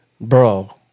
bro